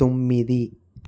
తొమ్మిది